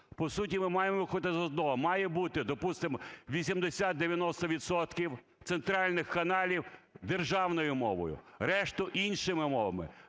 По суті ми маємо виходити з одного – має бути, допустим, 80-90 відсотків центральних каналів державною мовою, решта – іншими мовами.